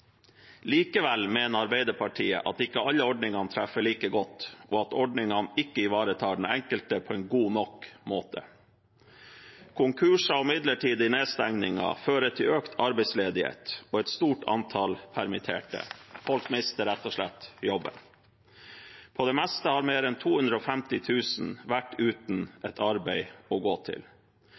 Likevel mener Arbeiderpartiet at ikke alle ordningene treffer like godt, og at ordningene ikke ivaretar den enkelte på en god nok måte. Konkurser og midlertidige nedstengninger fører til økt arbeidsledighet og et stort antall permitterte. Folk mister rett og slett jobben. På det meste har mer enn 250 000 vært uten et arbeid å gå til.